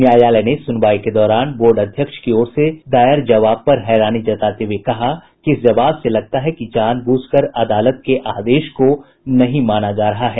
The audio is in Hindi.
न्यायालय ने सुनवाई के दौरान बोर्ड अध्यक्ष की ओर से दायर जवाब पर हैरानी जताते हुये कहा कि इस जवाब से लगता है कि जान बूझकर अदालत के आदेश को नहीं माना जा रहा है